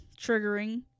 triggering